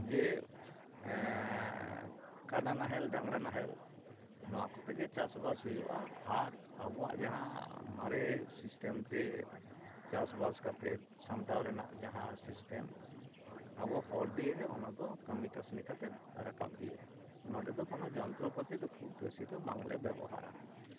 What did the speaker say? ᱡᱮ ᱠᱟᱰᱟ ᱱᱟᱦᱮᱞ ᱰᱟᱝᱨᱟ ᱱᱟᱦᱮᱞ ᱱᱚᱣᱟᱠᱚ ᱛᱮᱜᱮ ᱪᱟᱥᱼᱵᱟᱥ ᱦᱩᱭᱩᱜᱼᱟ ᱟᱨ ᱟᱵᱚᱣᱟᱜ ᱡᱟᱦᱟᱸ ᱢᱟᱨᱮ ᱥᱤᱥᱴᱮᱢ ᱛᱮ ᱪᱟᱥᱼᱵᱟᱥ ᱠᱟᱛᱮ ᱥᱟᱢᱴᱟᱣ ᱨᱮᱱᱟᱜ ᱡᱟᱦᱟᱸ ᱥᱤᱥᱴᱮᱢ ᱟᱵᱚ ᱦᱚᱲᱫᱤᱭᱮ ᱜᱮ ᱚᱱᱟᱫᱚ ᱠᱟᱹᱢᱤᱼᱠᱟᱹᱥᱱᱤ ᱠᱟᱛᱮ ᱨᱟᱠᱟᱵ ᱦᱩᱭᱩᱜᱼᱟ ᱱᱚᱰᱮᱫᱚ ᱠᱳᱱᱳ ᱡᱚᱛᱨᱚᱯᱟᱹᱛᱤ ᱫᱚ ᱠᱷᱩᱵ ᱵᱮᱥᱤᱫᱚ ᱵᱟᱝᱞᱮ ᱵᱮᱵᱚᱦᱟᱨᱟ